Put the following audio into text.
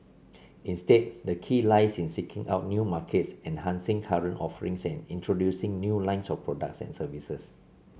instead the key lies in seeking out new markets enhancing current offerings and introducing new lines of products and services